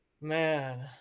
Man